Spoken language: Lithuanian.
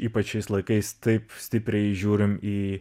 ypač šiais laikais taip stipriai žiūrim į